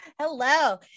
Hello